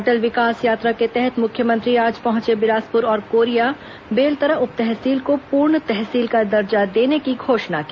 अटल विकास यात्रा के तहत मुख्यमंत्री आज पहंचे बिलासपुर और कोरिया बेलतरा उप तहसील को पूर्ण तहसील का दर्जा देने की घोषणा की